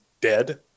dead